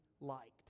liked